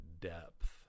depth